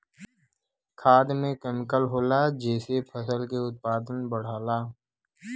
खाद में केमिकल होला जेसे फसल के उत्पादन बढ़ला